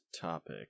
topic